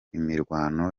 imirwano